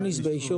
תוסיף באישור